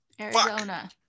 Arizona